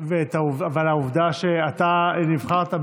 והעובדה שאתה נבחרת,